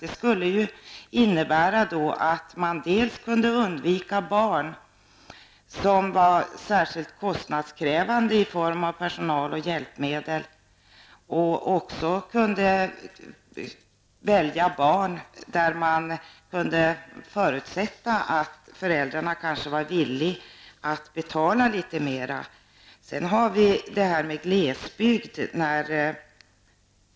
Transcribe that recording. Det skulle innebära att man dels kunde undvika barn som är särskilt kostnadskrävande i form av personal och hjälpmedel, dels kunde välja barn vilkas föräldrar kunde förutsättas vara villiga att betala litet mer.